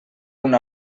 una